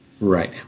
right